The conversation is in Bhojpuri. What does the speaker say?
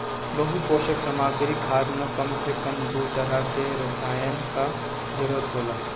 बहुपोषक सामग्री खाद में कम से कम दू तरह के रसायन कअ जरूरत होला